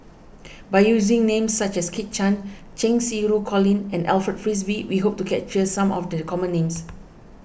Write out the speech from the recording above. by using names such as Kit Chan Cheng Xinru Colin and Alfred Frisby we hope to capture some of the common names